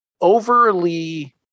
overly